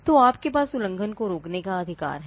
तो आपके पास उल्लंघन को रोकने का अधिकार है